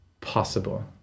possible